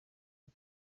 ubu